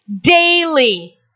daily